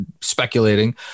speculating